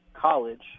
college